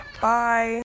bye